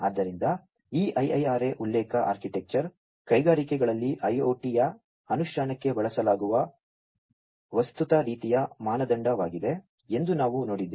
ಆದ್ದರಿಂದ ಈ IIRA ಉಲ್ಲೇಖ ಆರ್ಕಿಟೆಕ್ಚರ್ ಕೈಗಾರಿಕೆಗಳಲ್ಲಿ IoT ಯ ಅನುಷ್ಠಾನಕ್ಕೆ ಬಳಸಲಾಗುವ ವಸ್ತುತಃ ರೀತಿಯ ಮಾನದಂಡವಾಗಿದೆ ಎಂದು ನಾವು ನೋಡಿದ್ದೇವೆ